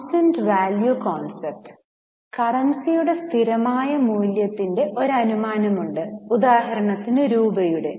constant value concept കറൻസിയുടെ സ്ഥിരമായ മൂല്യത്തിന്റെ ഒരു അനുമാനമുണ്ട് ഉദാഹരണത്തിന് രൂപയുടെ